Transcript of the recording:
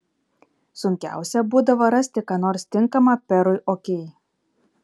sunkiausia būdavo rasti ką nors tinkama perui okei